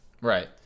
Right